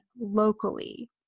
locally